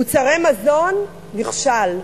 מוצרי מזון, נכשל: